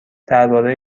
درباره